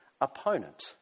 opponent